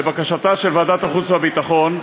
לבקשתה של ועדת החוץ והביטחון,